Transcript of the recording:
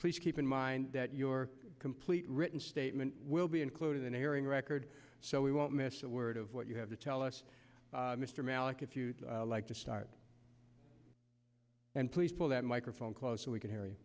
please keep in mind that your complete written statement will be included in airing record so we won't miss a word of what you have to tell us mr mallock if you'd like to start and please pull that microphone close so we can h